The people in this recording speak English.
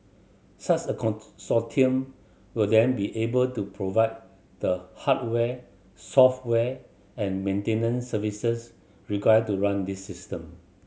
such a consortium will then be able to provide the hardware software and maintenance services required to run this system